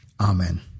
Amen